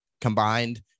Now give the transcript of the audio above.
combined